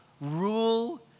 rule